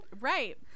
Right